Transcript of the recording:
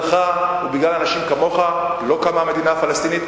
בגללך ובגלל אנשים כמוך לא קמה המדינה הפלסטינית,